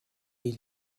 est